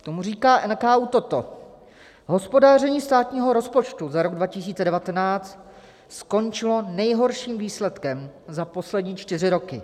K tomu říká NKÚ toto: Hospodaření státního rozpočtu za rok 2019 skončilo nejhorším výsledkem za poslední čtyři roky.